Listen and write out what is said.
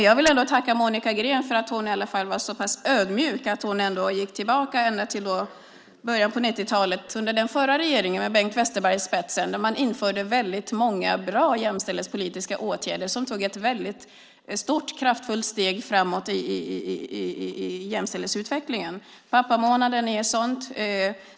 Jag vill ändå tacka Monica Green för att hon var så pass ödmjuk att hon gick tillbaka till början av 90-talet, under den förra borgerliga regeringen med Bengt Westerberg i spetsen. Då genomförde man väldigt många bra jämställdhetspolitiska åtgärder som innebar ett stort, kraftfullt steg framåt i jämställdhetsutvecklingen. Pappamånaden är ett sådant.